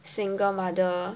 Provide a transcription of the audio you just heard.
single mother